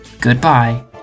Goodbye